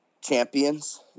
champions